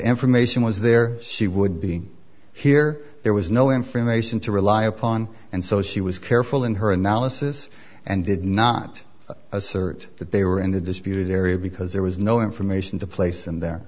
information was there she would be here there was no information to rely upon and so she was careful in her analysis and did not assert that they were in the disputed area because there was no information to place and there